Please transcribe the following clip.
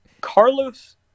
Carlos